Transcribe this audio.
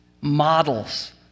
models